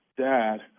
Dad